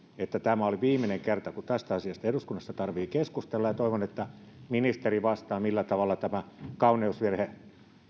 että tämä oli viimeinen kerta kun tästä asiasta eduskunnassa tarvitsee keskustella ja toivon että ministeri vastaa millä tavalla tämä kauneusvirhe